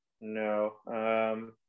no